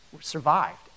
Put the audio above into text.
survived